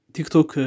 TikTok